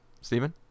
Stephen